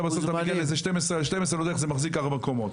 בסוף אתה מגיע ל-12 על 12 אתה לא יודע איך זה מחזיק ארבע קומות.